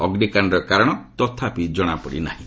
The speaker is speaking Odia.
ଅଗ୍ନିକାଶ୍ଡର କାରଣ ତଥାପି ଜଣାପଡ଼ି ନାହିଁ